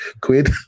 quid